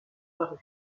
parus